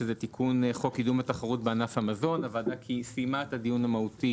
שזה תיקון חוק קידום התחרות בענף המזון - הוועדה סיימה את הדיון המהותי